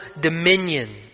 dominion